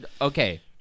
okay